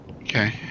Okay